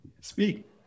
Speak